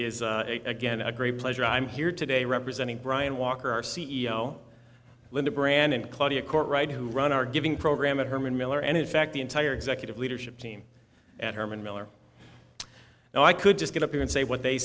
is again a great pleasure i'm here today representing brian walker our c e o linda brand and claudia ct right who run our giving program at herman miller and in fact the entire executive leadership team at herman miller now i could just get up here and say what they